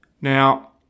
now